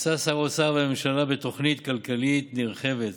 יצאו שר האוצר והממשלה בתוכנית כלכלית נרחבת